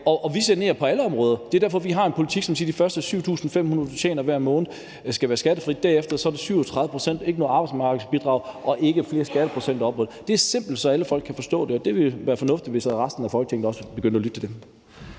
Vi sanerer på alle områder – det er derfor, vi har en politik, som siger, at de første 7.500 kr., du tjener hver måned, skal være skattefri, og derefter er det 37 pct., ikke noget arbejdsmarkedsbidrag og ikke flere skatteprocenter ovenover. Det er simpelt, så alle folk kan forstå det; og det ville være fornuftigt, hvis resten af Folketinget også begyndte at lytte til det.